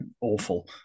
awful